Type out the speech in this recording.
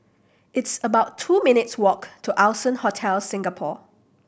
it's about two minutes' walk to Allson Hotel Singapore